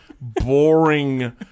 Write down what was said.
boring